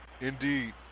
Indeed